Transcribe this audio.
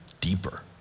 deeper